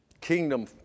kingdom